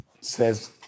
says